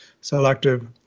selective